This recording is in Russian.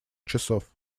часов